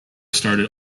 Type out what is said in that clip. started